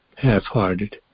Half-hearted